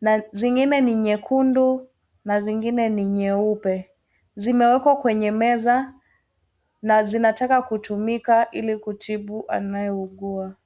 na zingine ni nyekundu na zingine ni nyeupe. Zimewekwa kwenye meza na zinataka kutumika kutibu anayeugua.